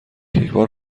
یکبار